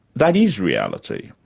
that is reality,